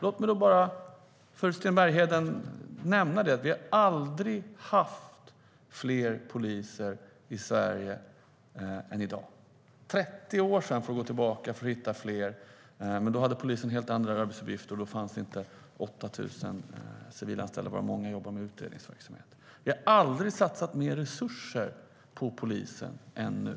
Låt mig nämna att vi aldrig haft fler poliser i Sverige än i dag. Vi får gå 30 år tillbaka i tiden för att hitta fler, men då hade polisen helt andra arbetsuppgifter. Då fanns inte 8 000 civilanställda, varav många jobbar med utredningsverksamhet. Vi har aldrig tidigare satsat så mycket resurser på polisen som nu.